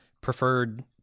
preferred